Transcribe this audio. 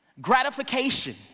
gratification